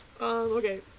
Okay